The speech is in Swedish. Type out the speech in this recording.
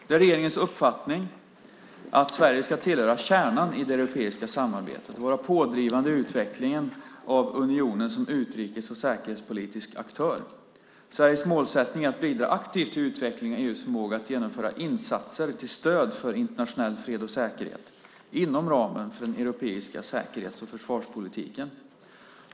Det är regeringens uppfattning att Sverige ska tillhöra kärnan i det europeiska samarbetet och vara pådrivande i utvecklingen av unionen som utrikes och säkerhetspolitisk aktör. Sveriges målsättning är att bidra aktivt till utvecklingen av EU:s förmåga att genomföra insatser till stöd för internationell fred och säkerhet inom ramen för den europeiska säkerhets och försvarspolitiken.